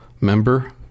Member